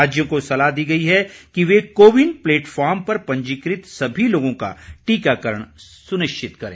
राज्यों को सलाह दी गई है कि वे को विन प्लेटफार्म पर पंजीकृत सभी लोगों का टीकाकरण सुनिश्चित करें